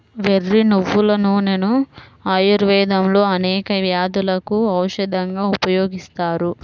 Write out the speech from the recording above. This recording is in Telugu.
వెర్రి నువ్వుల నూనెను ఆయుర్వేదంలో అనేక వ్యాధులకు ఔషధంగా ఉపయోగిస్తారు